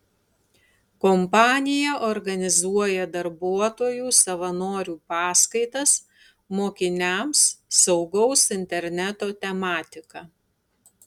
kompanija organizuoja darbuotojų savanorių paskaitas mokiniams saugaus interneto tematika